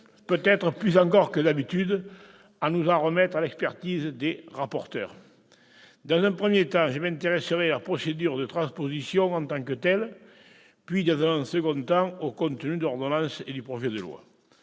peut-être plus encore que d'habitude, à nous en remettre à l'expertise des rapporteurs ? Je m'intéresserai, dans un premier temps, à la procédure de transposition en tant que telle, puis, dans un second temps, au contenu de l'ordonnance et du projet de loi.